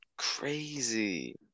crazy